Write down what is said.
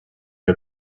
you